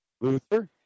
Luther